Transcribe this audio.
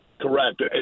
Correct